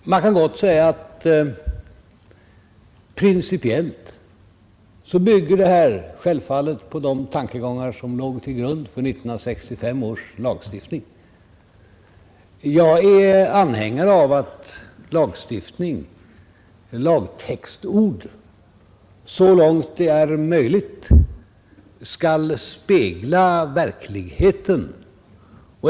Herr talman! Man kan gott säga att detta lagförslag principiellt självfallet bygger på de tankegångar som låg till grund för 1965 års lagstiftning. Jag är anhängare av att lagstiftning och lagtextord så långt det är möjligt skall spegla verkligheten.